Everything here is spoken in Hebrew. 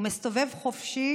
הוא מסתובב חופשי